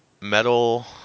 Metal